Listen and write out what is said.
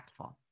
impactful